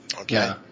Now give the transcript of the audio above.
Okay